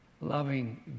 loving